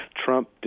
Trump